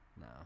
No